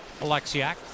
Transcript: Alexiak